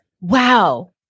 Wow